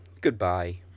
goodbye